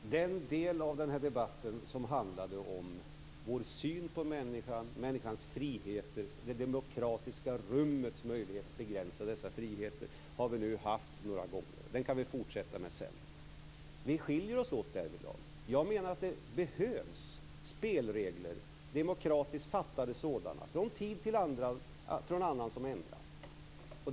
Fru talman! Den del av den här debatten som handlade om vår syn på människan, människans friheter, det demokratiska rummets möjlighet att begränsa dessa friheter har vi nu haft några gånger. Den kan vi fortsätta med sedan. Vi skiljer oss åt därvidlag. Jag menar att det behövs spelregler, demokratiskt fattade sådana, från tid till annan som ändras.